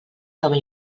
nova